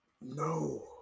No